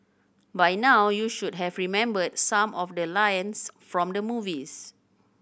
by now you should have remembered some of the lines from the movies